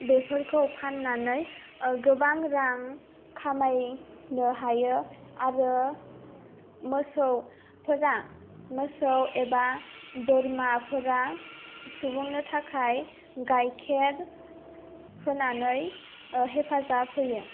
बेफोरखौ फाननानै गोबां रां खामायनो हायो आरो मोसौफोरा मोसौ एबा बोरमाफोरा सुबुंनि थाखाय गायखेर होनानै हेफाजाब होयो